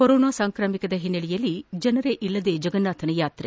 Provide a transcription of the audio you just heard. corona ಸಾಂಕ್ರಾಮಿಕದ ಹಿನ್ನೆಲೆಯಲ್ಲಿ ಜನರೇ ಇಲ್ಲದೆ ಜಗನ್ನಾಥನ ಯಾತ್ರೆ